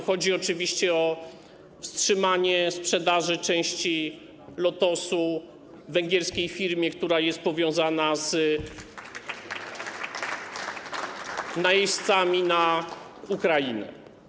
Chodzi oczywiście o wstrzymanie sprzedaży części Lotosu węgierskiej firmie, która jest powiązana z najeźdźcami na Ukrainę.